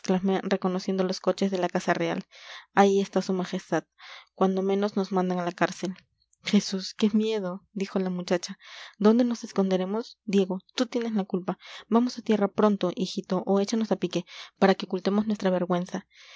reconociendo los coches de la casa real ahí está su majestad cuando menos nos mandan a la cárcel jesús qué miedo dijo la muchacha dónde nos esconderemos diego tú tienes la culpa vamos a tierra pronto hijito o échanos a pique para que ocultemos nuestra vergüenza